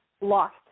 lost